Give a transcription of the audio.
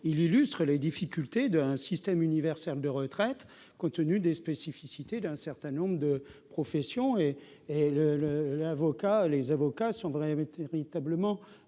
qui illustre les difficultés d'un système universel de retraite, compte tenu des spécificités d'un certain nombre de professions. À cet égard, les avocats sont un bon